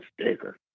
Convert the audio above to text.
sticker